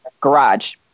garage